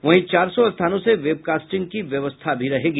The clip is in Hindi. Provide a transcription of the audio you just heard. वहीं चार सौ स्थानों से वेबकास्टिंग की व्यवस्था रहेगी